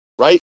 right